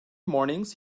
mornings